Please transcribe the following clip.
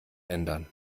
ändern